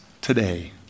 today